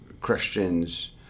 Christians